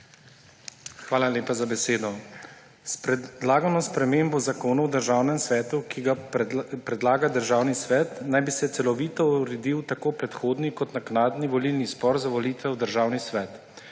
Hvala lepa za besedo. S predlagano spremembo Zakona o državnem svetu, ki ga predlaga Državni svet, naj bi se celovito uredil tako predhodni kot naknadni volilni spor za volitve v Državni svet.